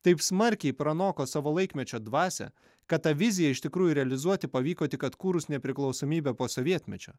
taip smarkiai pranoko savo laikmečio dvasią kad ta vizija iš tikrųjų realizuoti pavyko tik atkūrus nepriklausomybę po sovietmečio